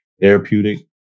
therapeutic